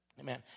Amen